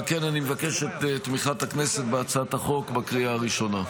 על כן אני מבקש את תמיכת הכנסת בהצעת החוק בקריאה ראשונה.